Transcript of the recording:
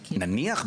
נניח,